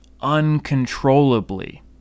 uncontrollably